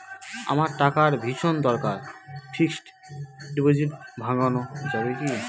আমার টাকার ভীষণ দরকার ফিক্সট ডিপোজিট ভাঙ্গানো যাবে কি?